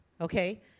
okay